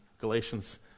Galatians